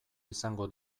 izango